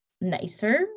nicer